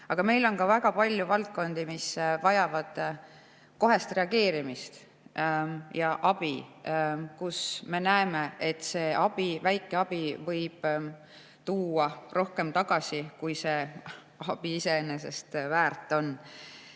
Aga meil on väga palju valdkondi, mis vajavad kohe reageerimist ja abi ning kus me näeme, et see abi, väike abi, võib tuua rohkem tagasi, kui see abi iseenesest väärt on.